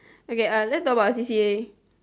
okay uh let's talk about c_c_a